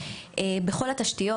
בכל התשתיות,